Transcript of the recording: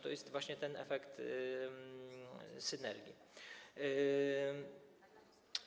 To jest właśnie ten efekt synergii.